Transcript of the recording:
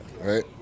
right